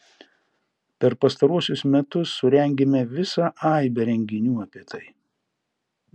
per pastaruosius metus surengėme visą aibę renginių apie tai